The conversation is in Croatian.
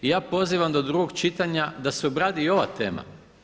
I ja pozivam do drugog čitanja da se obradi i ova tema.